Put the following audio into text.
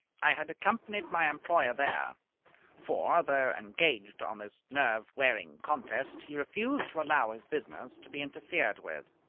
i had accompanied my employer there for, though engaged on this nerve-wearing contest, he refused to allow his business to be interfered with.